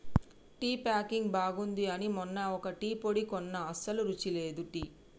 tea packing బాగుంది అని మొన్న ఒక టీ పొడి కొన్న అస్సలు రుచి లేదు టీ